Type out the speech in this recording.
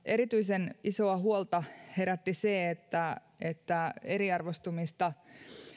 erityisen isoa huolta herätti se että että eriarvoistumista